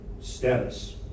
status